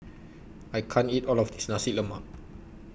I can't eat All of This Nasi Lemak